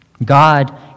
God